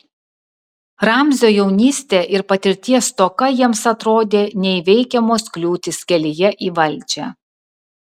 ramzio jaunystė ir patirties stoka jiems atrodė neįveikiamos kliūtys kelyje į valdžią